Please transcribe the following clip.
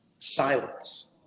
Silence